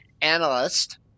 analyst